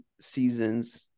seasons